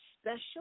special